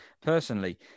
personally